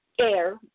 air